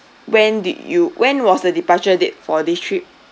when did you when was the departure date for this trip